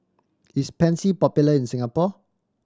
is Pansy popular in Singapore